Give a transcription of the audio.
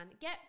Get